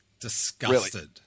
Disgusted